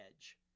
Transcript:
edge